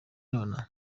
nonaha